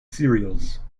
serials